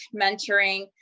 mentoring